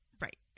right